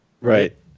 Right